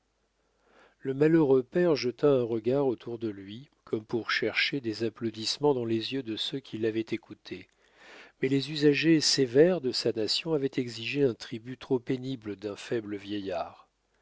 le malheureux père jeta un regard autour de lui comme pour chercher des applaudissements dans les yeux de ceux qui l'avaient écouté mais les usages sévères de sa nation avaient exigé un tribut trop pénible d'un faible vieillard